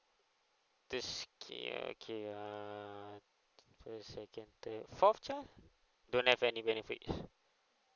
the okay okay ah first second third fourth child don't have any benefit